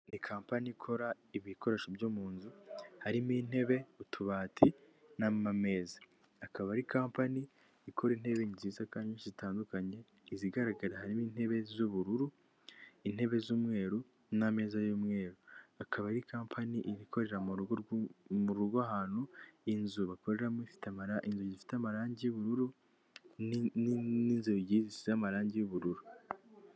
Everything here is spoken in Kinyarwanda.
Ni kampani ikora ibikoresho byo mu nzu harimo intebe utubati n'amameza, akaba ari kompani ikora intebe nziza kandi zitandukanye, izigaragara harimo intebe z'ubururu intebe z'umweru n'ameza y'umweru, akaba ari kampani ikorera mu rugo, mu rugo ahantu inzu bakoreraramo inzu ifite amarangi y'ubururu n'inzugi z'amarangi y'ubururu.